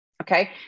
okay